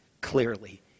clearly